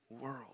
world